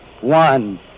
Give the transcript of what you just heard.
one